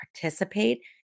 participate